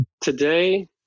Today